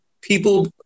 people